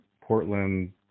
Portland